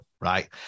right